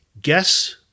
Guess